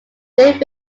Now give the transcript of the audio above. live